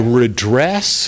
redress